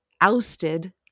ousted